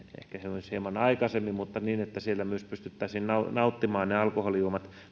myös hieman aikaisemmin mutta niin että myös pystyttäisiin nauttimaan ne alkoholijuomat